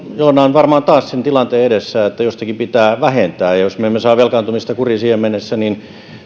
varmaan taas olemaan sen tilanteen edessä että jostakin pitää vähentää jos me emme saa velkaantumista kuriin siihen mennessä niin